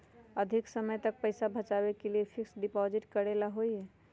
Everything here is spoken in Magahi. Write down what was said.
अधिक समय तक पईसा बचाव के लिए फिक्स डिपॉजिट करेला होयई?